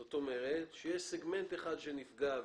זאת אומרת שיש סגמנט אחד שנפגע,